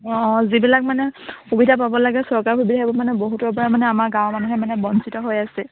অঁ অঁ যিবিলাক মানে সুবিধা পাব লাগে চৰকাৰৰ সুবিধা মানে বহুতৰ পৰা মানে আমাৰ গাঁৱৰ মানুহে মানে বঞ্চিত হৈ আছে